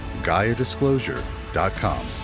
GaiaDisclosure.com